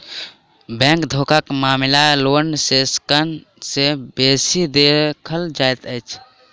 bank धोखाक मामिला loan section मे बेसी देखल जाइत अछि